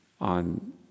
on